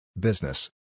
Business